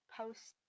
post